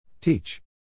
Teach